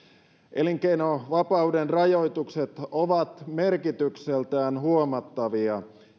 elinkeinovapauden rajoitukset ovat merkitykseltään huomattavia